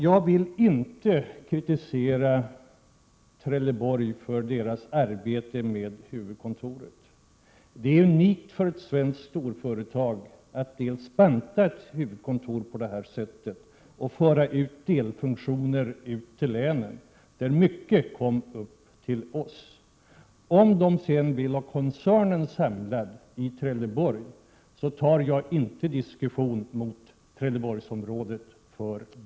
Jag vill inte kritisera Trelleborg för arbetet med huvudkontoret. Det är unikt för ett svenskt stålföretag att banta huvudkontoret och föra ut delfunktioner till länen — många av funktionerna kom upp till oss i Västerbotten. Om företaget sedan vill ha koncernledningen samlad i Trelleborg, så tar jag inte upp en diskussion och riktar mig mot Trelleborgsområdet.